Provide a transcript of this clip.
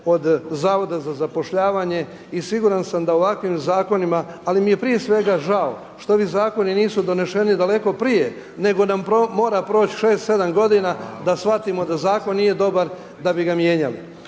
od zavoda za zapošljavanje. I siguran sam da ovakvim zakonima, ali mi je prije svega žao što ovi zakoni nisu doneseni daleko prije nego nam mora proći 6, 7 godina da shvatimo da zakon nije dobar da bi ga mijenjali.